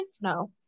No